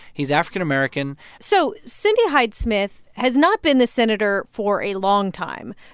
he's african american so cindy hyde-smith has not been the senator for a long time.